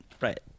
Right